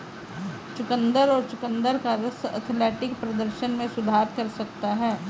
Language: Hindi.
चुकंदर और चुकंदर का रस एथलेटिक प्रदर्शन में सुधार कर सकता है